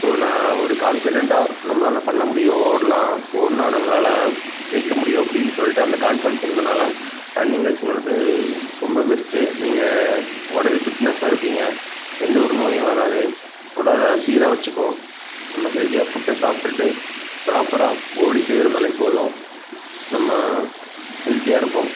so நான் ஒரு கான்ஃபிடெண்ட்டாக நம்மளால் பண்ண முடியும் ஓடலாம் ஓடினா நம்மளால் ஜெயிக்க முடியும் அப்படின்னு சொல்லிட்டு அந்த கான்ஃபிடெண்ஸ் இருந்தனால் ரன்னிங் ரேஸ்ஸுங்கிறது ரொம்பவே பெஸ்ட்டு நீங்கள் உடலு ஃபிட்னஸ்ஸாக இருப்பீங்க எந்த ஒரு நோயும் வராது உடலை சீராக வெச்சுக்கும் நம்ம ஹெல்தியாக ஃபுட்டை சாப்பிட்டுட்டு ப்ராப்பராக ஓடிகிட்டே இருந்தாலே போதும் நம்ம ஹெல்த்தியாக இருப்போம்